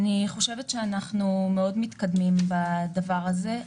אנחנו מאוד מתקדמים בדבר הזה,